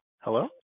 Hello